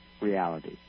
reality